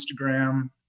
Instagram